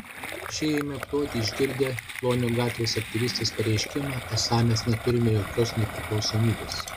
šie ėmė ploti išgirdę klonio gatvės aktyvistės pareiškimą esą mes neturime jokios nepriklausomybės